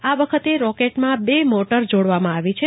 આ વખતે રોકેટમાં બે મોટર જોડવામાં આવી છે